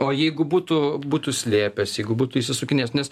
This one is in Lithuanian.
o jeigu būtų būtų slėpęs jeigu būtų išsisukinėjęs nes